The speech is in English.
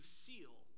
seal